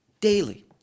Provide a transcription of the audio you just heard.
daily